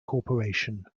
corporation